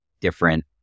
different